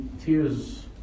tears